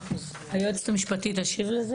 היועצת המשפטית, תשיבי על זה.